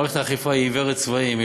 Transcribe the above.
מערכת האכיפה היא עיוורת צבעים,